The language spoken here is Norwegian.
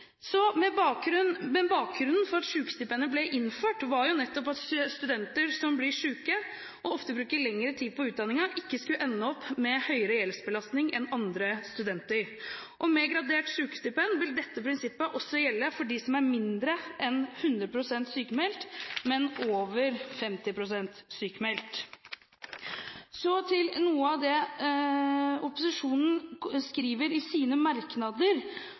Så skulle jeg ønske at vi var like rørende enige om dette prinsippet også når det gjaldt norske arbeidstakere, men det blir sikkert en mulighet til å diskutere det ved en annen anledning. Bakgrunnen for at sykestipendet ble innført, var nettopp at studenter som blir syke og ofte bruker lengre tid på utdanningen, ikke skulle ende opp med høyere gjeldsbelastning enn andre studenter. Med gradert sykestipend vil dette prinsippet også gjelde for dem som er mindre enn